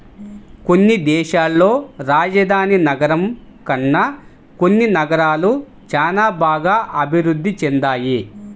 కొన్ని దేశాల్లో రాజధాని నగరం కన్నా కొన్ని నగరాలు చానా బాగా అభిరుద్ధి చెందాయి